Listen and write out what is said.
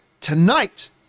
tonight